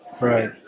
Right